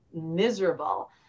miserable